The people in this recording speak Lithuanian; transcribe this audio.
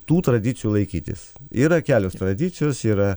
tų tradicijų laikytis yra kelios tradicijos yra